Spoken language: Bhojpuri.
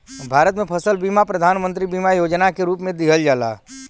भारत में फसल बीमा प्रधान मंत्री बीमा योजना के रूप में दिहल जाला